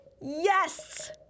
Yes